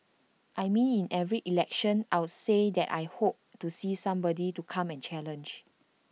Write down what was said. I mean in every election I will say that I hope to see somebody to come and challenge